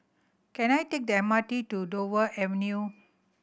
can I take the M R T to Dover Avenue